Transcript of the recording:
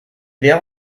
wäre